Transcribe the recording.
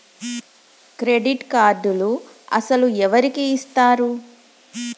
Credit కార్డులు అసలు ఎవరికి ఇస్తారు?